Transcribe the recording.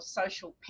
social